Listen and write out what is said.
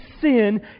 sin